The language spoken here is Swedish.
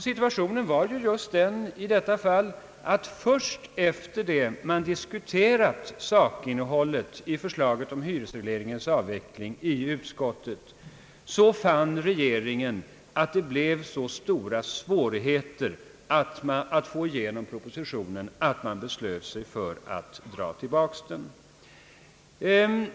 Situationen var just den i detta fall att regeringen, efter det att man i utskottet diskuterat sakinnehållet i förslaget om hyresregleringens avveckling, fann att det blev så stora svårigheter att få igenom propositionen, att man beslöt sig för att dra tillbaka den.